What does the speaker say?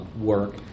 work